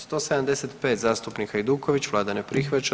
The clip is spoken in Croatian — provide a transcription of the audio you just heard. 175, zastupnik Hajduković, Vlada ne prihvaća.